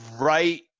right